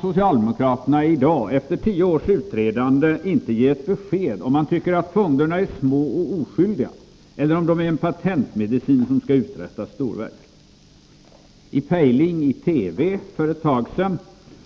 Socialdemokraterna kan faktiskt — efter tio års utredande — i dag inte ge besked om de tycker att fonderna är små och oskyldiga eller om de är en patentmedicin som kan uträtta storverk. I TV-programmet Pejling för en tid sedan